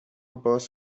باز